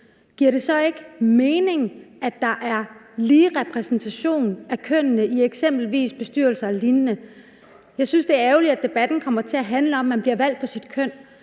giver det så ikke mening, at der er lige repræsentation af kønnene i eksempelvis bestyrelser og lignende? Jeg synes, det er ærgerligt, at debatten kommer til at handle om, om man bliver valgt på sit køn.